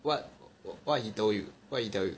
what what he told you what he tell you